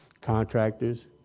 contractors